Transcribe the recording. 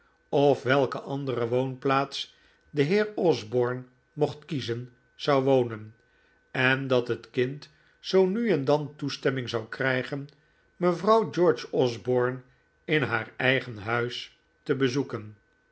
of welke andere woonplaats de heer osborne mocht kiezen zou wonen en dat het kind zoo nu en dan toestemming zou krijgen mevrouw george osborne in haar eigen huis te bezoeken